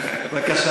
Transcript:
בבקשה,